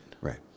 Right